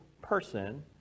person